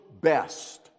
best